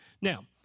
Now